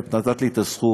את נתת לי את הזכות,